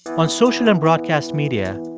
on social and broadcast media,